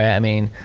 i mean,